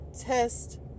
test